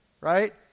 right